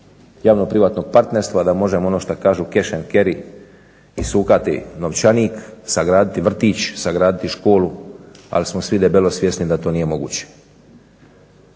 javno-privatnog partnerstva, da možemo ono što kažu cash and cary, isukati novčanik, sagraditi vrtić, sagraditi školu. Ali smo svi debelo svjesni da to nije moguće,